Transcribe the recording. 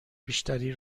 بیشتری